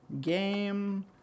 game